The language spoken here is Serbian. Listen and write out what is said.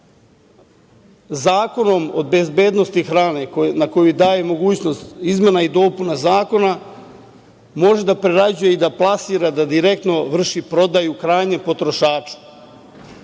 Zakonom o bezbednosti hrane, koji daje mogućnost izmena i dopuna zakona, može da prerađuje i da plasira, da direktno vrši prodaju hrane potrošaču.